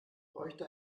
bräuchte